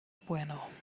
bueno